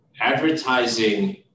Advertising